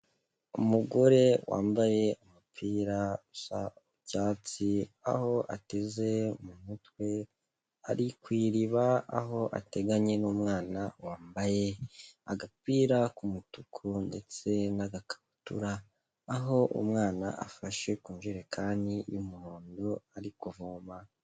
Umugore wambaye umupira usa icyatsi, aho ateze mu mutwe, ari ku iriba, aho ateganye n'umwana wambaye agapira k'umutuku ndetse n'agakabutura, aho umwana afashe ku njerekani y'umuhondo ari kuvoma.